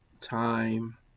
time